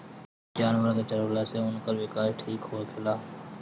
जानवर के चरवला से उनकर विकास ठीक होखेला